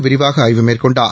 விரிவாக ஆய்வு மேற்கொண்டார்